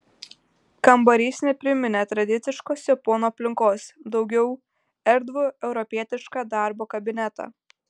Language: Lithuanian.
kambarys nepriminė tradiciškos japonų aplinkos daugiau erdvų europietišką darbo kabinetą